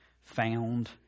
found